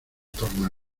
torna